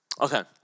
Okay